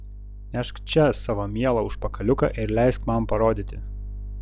nešk čia savo mielą užpakaliuką ir leisk man parodyti